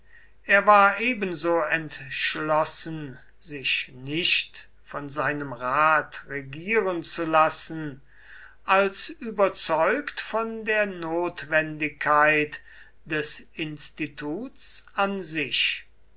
er war ebenso entschlossen sich nicht von seinem rat regieren zu lassen als überzeugt von der notwendigkeit des instituts an sich